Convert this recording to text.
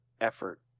effort